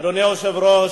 אדוני היושב-ראש,